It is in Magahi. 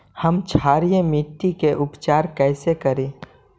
हम क्षारीय मिट्टी के उपचार कैसे करी?